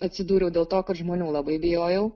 atsidūriau dėl to kad žmonių labai bijojau